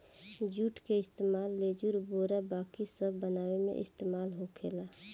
जुट के इस्तेमाल लेजुर, बोरा बाकी सब बनावे मे इस्तेमाल होखेला